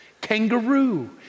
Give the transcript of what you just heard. Kangaroo